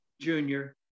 junior